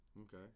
Okay